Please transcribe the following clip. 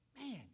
man